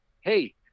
Hey